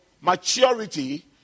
maturity